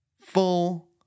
Full